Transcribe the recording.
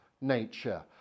nature